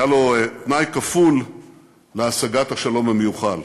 היה לו תנאי כפול להשגת השלום המיוחל: